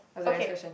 okay